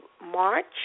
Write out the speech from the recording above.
March